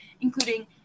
including